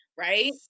Right